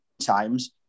times